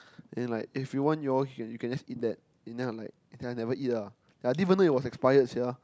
and like if you want you all you can just eat that and ya like the guy never eat lah and I didn't even know it was expired sia